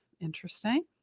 Interesting